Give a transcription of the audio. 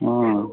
ହଁ